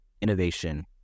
innovation